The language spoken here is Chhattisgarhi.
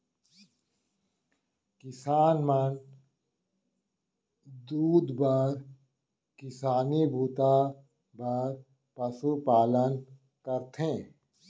किसान मन दूद बर किसानी बूता बर पसु पालन करथे